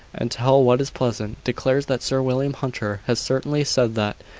and tell what is pleasant, declares that sir william hunter has certainly said that,